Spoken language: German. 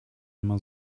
immer